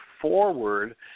forward